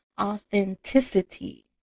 authenticity